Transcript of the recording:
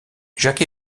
jacques